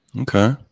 Okay